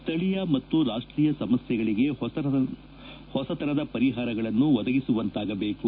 ಸ್ಥಳೀಯ ಮತ್ತು ರಾಷ್ಷೀಯ ಸಮಸ್ಲೆಗಳಿಗೆ ಹೊಸತನದ ಪರಿಹಾರಗಳನ್ನು ಒದಗಿಸುವಂತಾಗಬೇಕು